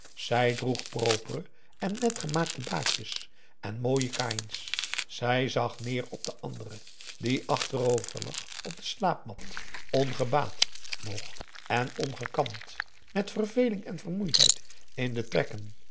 zij droeg propere en net gemaakte baadjes en mooie kains zij zag neer op de andere die achterover lag op de slaapmat ongebaad nog en ongekamd met verveling en vermoeidheid in de trekken